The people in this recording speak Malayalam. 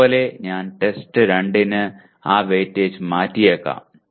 അതുപോലെ ഞാൻ ടെസ്റ്റ് 2ന് ആ വെയിറ്റേജ് മാറ്റിയേക്കാം